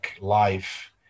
life